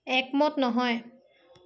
একমত নহয়